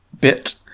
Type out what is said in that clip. bit